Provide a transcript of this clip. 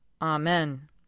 Amen